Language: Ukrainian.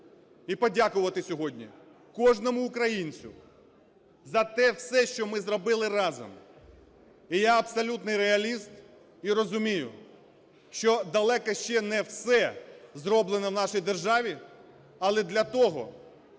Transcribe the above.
і подякувати сьогодні кожному українцю за те все, що ми зробили разом. І я абсолютний реаліст, і розумію, що далеко ще не все зроблено в нашій державі, але для того,